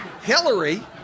Hillary